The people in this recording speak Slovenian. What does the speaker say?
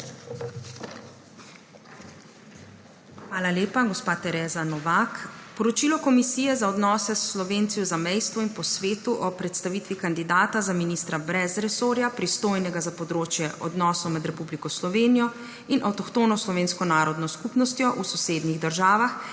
Hvala lepa, gospa Tereza Novak. Poročilo Komisije za odnose s Slovenci v zamejstvu in po svetu o predstavitvi kandidata za ministra brez resorja, pristojnega za področje odnosov med Republiko Slovenijo in avtohtono slovensko narodno skupnostjo v sosednjih državah